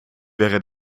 wäre